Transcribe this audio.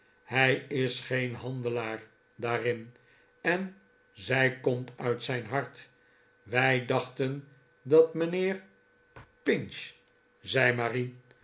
hij is geen handelaar daarin en zij komt uit zijn hart wij dachten dat mijnheer pinch zei marie